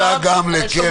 יואב -- תודה גם לקרן ברק.